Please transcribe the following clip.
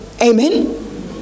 Amen